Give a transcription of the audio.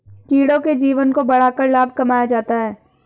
कीड़ों के जीवन को बढ़ाकर लाभ कमाया जाता है